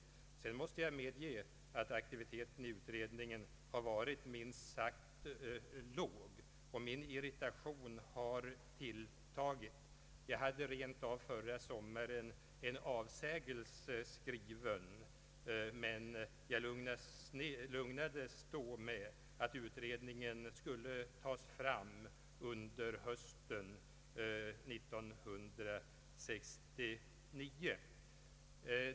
Men sedan måste jag medge att aktiviteten i utredningen har varit minst sagt låg, och min irritation har tilltagit. Jag hade faktiskt förra sommaren en avsägelse skriven, men lugnades då med att utredningen skulle tas fram under hösten 1969.